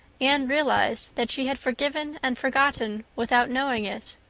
anne realized that she had forgiven and forgotten without knowing it.